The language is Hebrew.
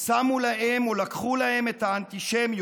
שמו להם או לקחו להם את האנטישמיות,